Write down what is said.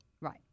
Right